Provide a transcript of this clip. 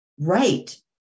right